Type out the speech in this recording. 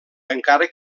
encara